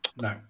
No